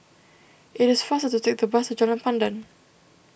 it is faster to take the bus to Jalan Pandan